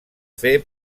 fer